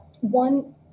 one